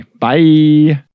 bye